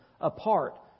apart